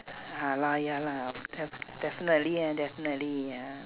ah lah ya lah def~ definitely ah definitely ya